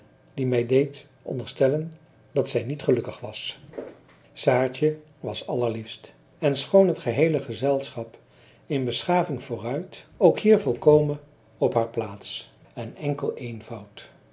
die mij deed onderstellen dat zij niet gelukkig was saartje was allerliefst en schoon het geheele gezelschap in beschaving vooruit ook hier volkomen op haar plaats en enkel eenvoud